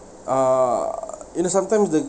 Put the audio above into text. uh you know sometimes the